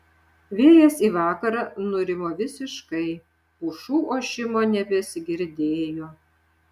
vėjas į vakarą nurimo visiškai pušų ošimo nebesigirdėjo